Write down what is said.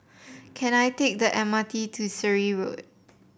can I take the M R T to Surrey Road